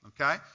okay